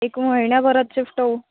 एक महिन्याभरात शिफ्ट होऊ